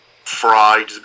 fried